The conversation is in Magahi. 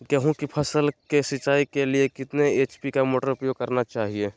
गेंहू की फसल के सिंचाई के लिए कितने एच.पी मोटर का उपयोग करना चाहिए?